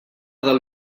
del